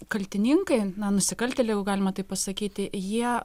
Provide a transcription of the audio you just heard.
kaltininkai na nusikaltėliai jau galima taip pasakyti jie